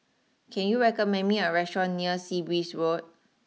can you recommend me a restaurant near Sea Breeze Road